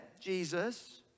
Jesus